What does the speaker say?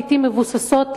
לעתים מבוססות,